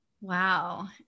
Wow